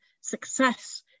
success